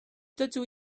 dydw